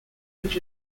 which